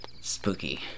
spooky